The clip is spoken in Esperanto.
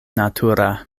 natura